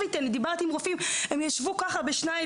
דיברתי עם רופאים בשניידר.